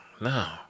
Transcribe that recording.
no